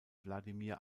wladimir